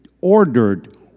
ordered